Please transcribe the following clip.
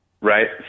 Right